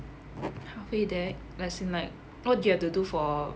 halfway there as in like what do you have to do for